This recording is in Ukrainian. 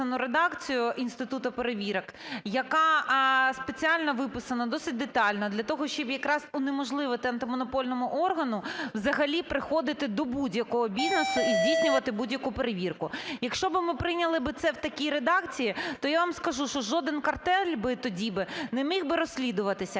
я вам скажу, що жоден картель би тоді би не міг би розслідуватися,